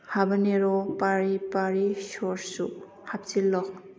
ꯍꯥꯕꯅꯦꯔꯣ ꯄꯥꯔꯤ ꯄꯥꯔꯤ ꯁꯣꯔꯁꯁꯨ ꯍꯥꯞꯆꯤꯜꯂꯣ